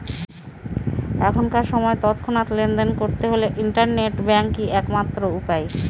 এখনকার সময় তৎক্ষণাৎ লেনদেন করতে হলে ইন্টারনেট ব্যাঙ্কই এক মাত্র উপায়